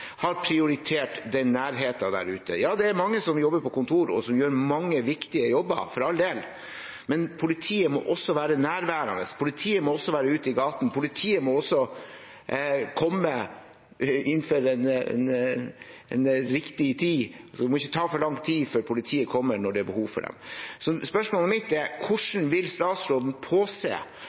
har prioritert den nærheten der ute. Ja, det er mange som jobber på kontor, og som gjør mange viktige jobber, for all del, men politiet må også være nærværende, politiet må også være ute i gatene, politiet må også innføre en riktig tid – det må ikke ta for lang tid før politiet kommer når det er behov for dem. Så spørsmålet mitt er: Hvordan vil statsråden påse